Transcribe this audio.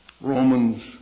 Romans